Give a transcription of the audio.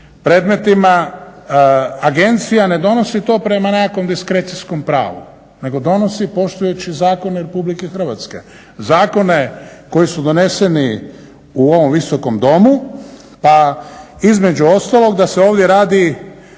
predmetima agencija ne donosi to prema nekakvom diskrecijskom pravu, nego donosi poštujući zakone RH, zakone koji su doneseni u ovom visokom domu. A između ostalog da se ovdje radi